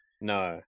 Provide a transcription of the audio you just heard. No